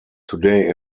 today